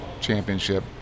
championship